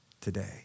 today